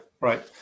right